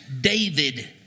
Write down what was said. David